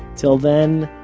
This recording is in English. till then,